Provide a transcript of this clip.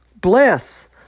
bless